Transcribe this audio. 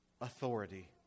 authority